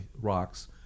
rocks